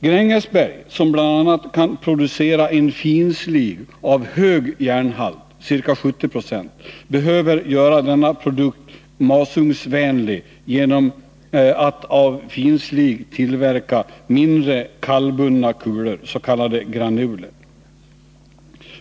Grängesberg, som bl.a. kan producera en finslig av hög järnhalt — ca 70 Zo —, behöver göra denna produkt masugnsvänlig genom att av finslig tillverka mindre, kallbrunna kulor, s.k. granuler.